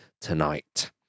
tonight